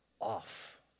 off